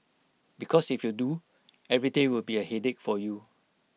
because if you do every day will be A headache for you